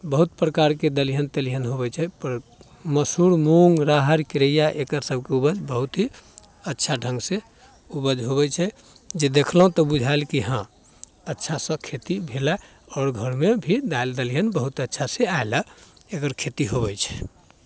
बहुत प्रकारके दलिहन तेलहन होबै छै पर मसूर मूँग राहरि केरैआ एकरसबके उपज बहुत ही अच्छा ढङ्गसँ उपज होबै छै जे देखलहुँ तऽ बुझाएल कि हँ अच्छासँ खेती भेल अइ आओर घरमे भी दालि दलिहन बहुत अच्छासँ आएल अइ इधर खेती होबै छै